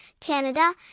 Canada